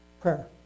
prayer